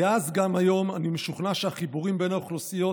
כאז גם היום אני משוכנע שהחיבורים בין האוכלוסיות